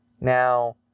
Now